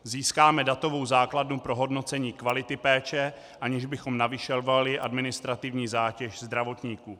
Získáme datovou základnu pro hodnocení kvality péče, aniž bychom navyšovali administrativní zátěž zdravotníků.